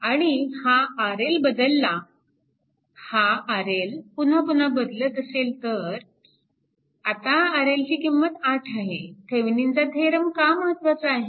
आणि हा RL बदलला तर हा RL पुन्हा पुन्हा बदलत असेल तर आता RL ची किंमत 8 आहे थेविनिनचा थेरम का महत्वाचा आहे